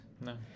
No